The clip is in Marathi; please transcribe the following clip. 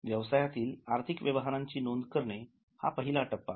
व्यवसायातील आर्थिक व्यवहारांची नोंद करणे हा पहिला टप्पा आहे